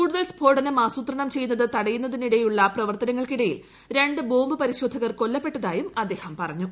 കൂടൂത്ൽ സ്ഫോടനം ആസൂത്രണം ചെയ്യുന്നത് തടയുന്നതിനിട്ടെയുള്ള പ്രവർത്തനങ്ങൾക്കിടയിൽ രണ്ട് ബോംബ് പരിശോധകർ ്ക്ട്രിാല്ലപ്പെട്ടതായും അദ്ദേഹം പറഞ്ഞു